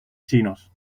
chinos